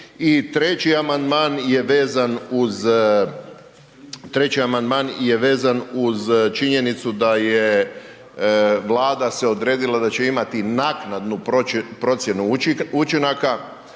treći amandman je vezan uz činjenicu da je Vlada se odredila da će imati naknadnu procjenu učinaka,